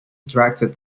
attracted